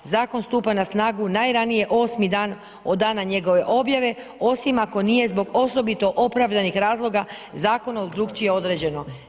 Zakon stupa na snagu najranije osmi dan od dana njegove objave, osim ako nije zbog osobito opravdanih razloga zakonom drukčije određeno.